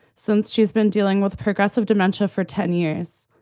since she's been dealing with progressive dementia for ten years,